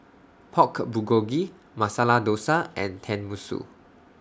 Pork Bulgogi Masala Dosa and Tenmusu